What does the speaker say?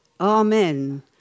Amen